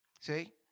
See